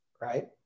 right